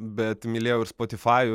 bet mylėjau ir spotifajų